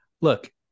look